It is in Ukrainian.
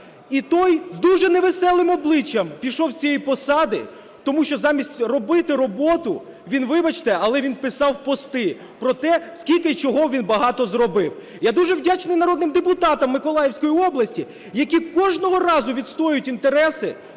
і той з дуже невеселим обличчям пішов з цієї посади. Тому що замість робити роботу, він, вибачте, але він писав пости про те, скільки і чого він багато зробив. Я дуже вдячний народним депутатам Миколаївської області, які кожного разу відстоюють інтереси